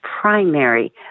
primary